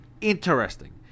interesting